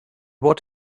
what